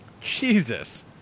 Jesus